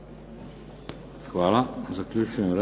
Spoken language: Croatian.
Hvala. Zaključujem